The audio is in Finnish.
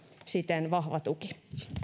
siten vahva tuki